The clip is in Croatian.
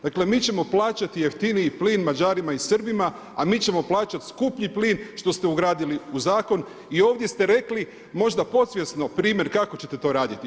Dakle, mi ćemo plaćati jeftiniji plin Mađarima i Srbima, a mi ćemo plaćati skuplji plin, što ste ugradili u zakon i ovdje ste rekli, možda podsvjesno primjer kako ćete to raditi.